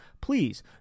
Please